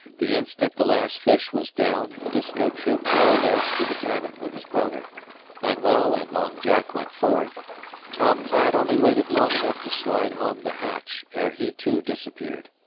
the instant the last fish was down, disko troop rolled aft to the cabin with his brother manuel and long jack went forward tom platt only waited long enough to slide home the hatch ere he too disappeared.